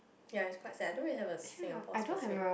ya it's quite sad I don't really have a Singapore specific